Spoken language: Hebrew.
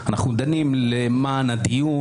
אנחנו דנים למען הדיון?